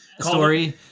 story